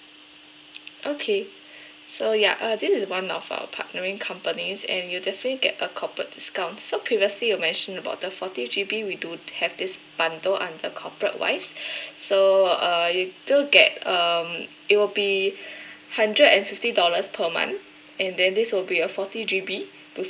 okay so ya uh this is one of our partnering companies and you definitely get a corporate discount so previously you mention about the forty G_B we do have this bundle under corporate wise so uh you still get um it will be hundred and fifty dollars per month and then this will be a forty G_B